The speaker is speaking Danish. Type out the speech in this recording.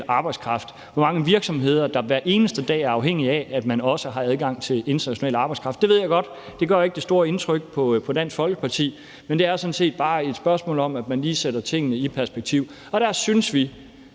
arbejdskraft, og hvor mange virksomheder der hver eneste dag er afhængige af, at man også har adgang til international arbejdskraft. Det ved jeg godt ikke gør det store indtryk på Dansk Folkeparti, men det er sådan set bare et spørgsmål om, at man lige sætter tingene i perspektiv. Der synes vi,